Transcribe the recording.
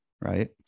right